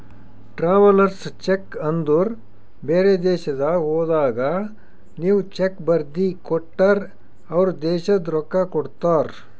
travellers cheque ಅಂದುರ್ ಬೇರೆ ದೇಶದಾಗ್ ಹೋದಾಗ ನೀವ್ ಚೆಕ್ ಬರ್ದಿ ಕೊಟ್ಟರ್ ಅವ್ರ ದೇಶದ್ ರೊಕ್ಕಾ ಕೊಡ್ತಾರ